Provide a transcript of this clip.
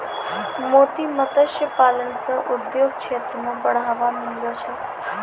मोती मत्स्य पालन से उद्योग क्षेत्र मे बढ़ावा मिललो छै